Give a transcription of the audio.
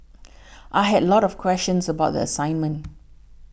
I had lot of questions about the assignment